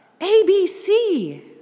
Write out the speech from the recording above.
ABC